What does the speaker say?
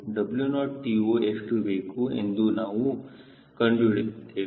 TO ಎಷ್ಟು ಬೇಕು ಎಂದು ನಾವು ಕಂಡುಹಿಡಿದಿದ್ದೇವೆ